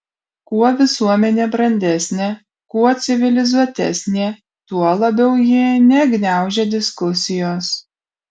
kuo visuomenė brandesnė kuo civilizuotesnė tuo labiau ji negniaužia diskusijos